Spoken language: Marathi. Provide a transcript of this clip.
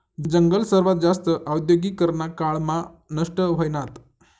जंगल सर्वात जास्त औद्योगीकरना काळ मा नष्ट व्हयनात